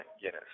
Guinness